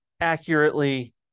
accurately